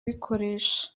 bikoresha